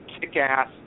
kick-ass